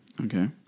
Okay